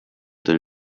den